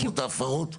רמות ההפרות?